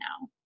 now